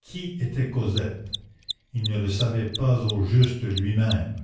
qui était cosette il ne le savait pas au juste lui-même